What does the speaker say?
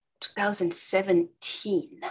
2017